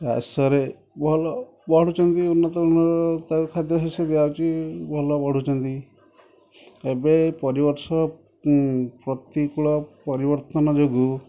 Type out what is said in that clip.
ଚାଷରେ ଭଲ ବଢ଼ୁଛନ୍ତି ଉନ୍ନତଧରଣର ତାକୁ ଖାଦ୍ୟ ଶସ୍ୟ ଦିଆହେଉଛି ଭଲ ବଢ଼ୁଛନ୍ତି ଏବେ ପରିବର୍ଷ ପ୍ରତିକୂଳ ପରିବର୍ତ୍ତନ ଯୋଗୁଁ